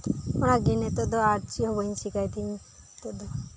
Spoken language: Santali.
ᱚᱱᱟᱜᱤ ᱱᱮᱛᱚᱜ ᱫᱚ ᱟᱨ ᱪᱮᱫᱦᱚ ᱵᱟᱹᱧ ᱪᱮᱠᱟᱭ ᱫᱟᱹᱧ